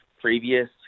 previous